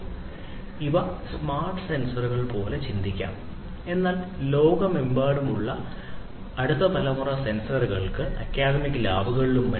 അതിനാൽ ഇവ സ്മാർട്ട് സെൻസറുകൾ മറ്റും